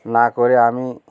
না করে আমি